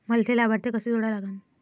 मले थे लाभार्थी कसे जोडा लागन?